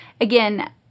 again